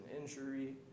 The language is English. injury